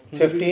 15